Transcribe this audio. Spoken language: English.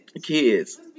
Kids